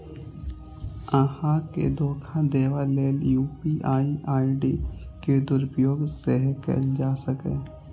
अहां के धोखा देबा लेल यू.पी.आई आई.डी के दुरुपयोग सेहो कैल जा सकैए